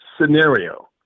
scenario